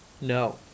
No